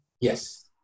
Yes